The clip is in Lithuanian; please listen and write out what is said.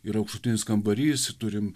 ir aukštutinis kambarys ir turim